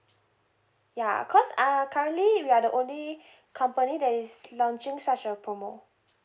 ya cause uh currently we are the only company that is launching such a promo